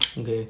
okay